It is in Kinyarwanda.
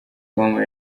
com